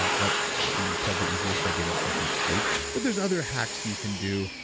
that that would be probably easiest by getting some deep sleep, but there's other hacks you can do.